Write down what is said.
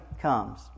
comes